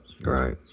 Right